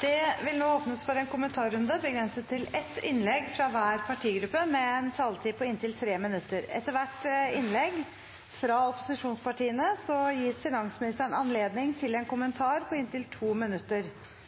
Det åpnes nå for en kommentarrunde, begrenset til ett innlegg fra hver partigruppe med en taletid på inntil 3 minutter. Etter hvert innlegg fra opposisjonspartiene gis finansministeren anledning til en kommentar på inntil 2 minutter.